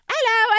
Hello